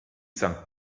sankt